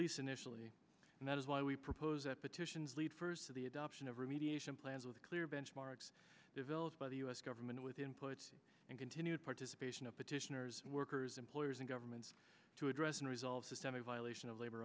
least initially and that is why we propose that petitions lead first to the adoption of remediation plans with clear benchmarks developed by the u s government with input and continued participation of petitioners workers employers and governments to address unresolved systemic violation of labor